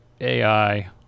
ai